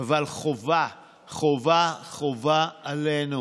אבל חובה חובה חובה עלינו